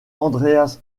andreas